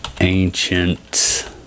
Ancient